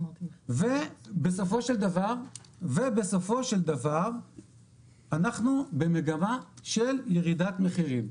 ובסופו של דבר אנחנו במגמה של ירידת מחירים.